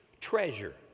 treasure